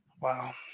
Wow